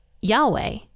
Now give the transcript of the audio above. Yahweh